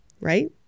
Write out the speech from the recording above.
right